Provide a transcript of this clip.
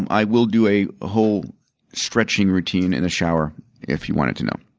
i will do a whole stretching routine in the shower if you wanted to know.